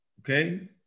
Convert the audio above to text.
Okay